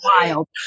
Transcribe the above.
wild